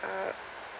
uh